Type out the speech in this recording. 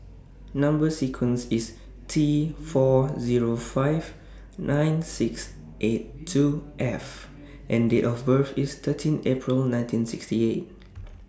Number sequence IS T four Zero five nine six eight two F and Date of birth IS thirteen April nineteen sixty eight